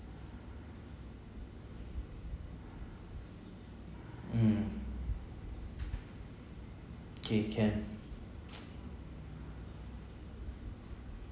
mm okay can